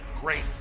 great